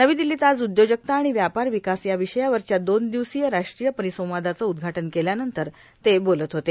नवी दिल्लीत आज उद्योजकता आणि व्यापार विकास या विषयावरच्या दोन दिवसीय राष्ट्रीय परिसंवादाचं उद्घाटन केल्यानंतर ते बोलत होते